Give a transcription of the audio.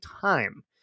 time